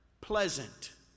pleasant